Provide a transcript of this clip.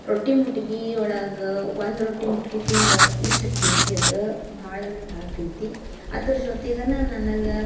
ರೊಟ್ಟಿ ಮುಟ್ಗೀ ಒಳಗೆ ಒಂದು ರೊಟ್ಟಿ ಮುಟ್ಗಿ ತಿಂದ್ರೆ ಇಷ್ಟು ಪ್ರೀತಿ ಅದಾ ಭಾಳ ಅಂದ್ರೆ ಭಾಳ ಪ್ರೀತಿ ಅದ್ರ ಜೊತೆಗೇ ನನಗೆ